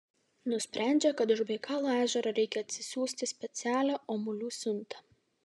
nusprendžia kad iš baikalo ežero reikia atsisiųsti specialią omulių siuntą